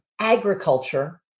agriculture